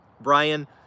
Brian